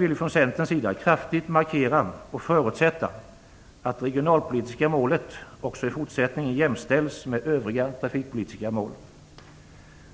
vill vi i Centern kraftigt markera - dessutom förutsätter vi - att det regionalpolitiska målet också i fortsättningen jämställs med övriga trafikpolitiska mål.